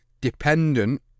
dependent